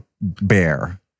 bear